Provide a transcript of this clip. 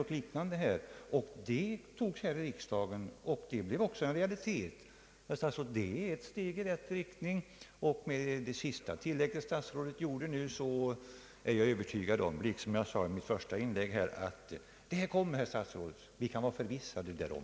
Förslaget antogs här i riksdagen och blev en realitet. Det var ett steg i rätt riktning. Efter det senaste tillägget som herr statsrådet nu gjorde är jag ännu mera övertygad om att denna reform kommer, herr statsråd. Vi kan vara förvissade därom.